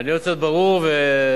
אני רוצה להיות ברור ולפרוטוקול.